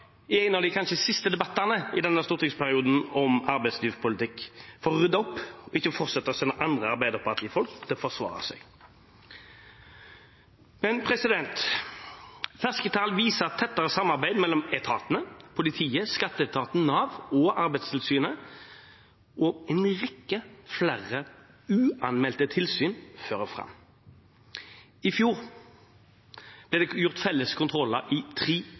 i en av de siste debattene om arbeidslivspolitikk i denne stortingsperioden, for å rydde opp, ikke fortsette å sende andre Arbeiderparti-folk til å forsvare seg. Ferske tall viser at tettere samarbeid mellom etatene – politiet, skatteetaten, Nav og Arbeidstilsynet – og en rekke flere uanmeldte tilsyn fører fram. I fjor ble det foretatt felles kontroller i